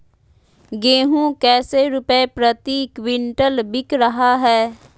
गेंहू कैसे रुपए प्रति क्विंटल बिक रहा है?